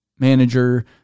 manager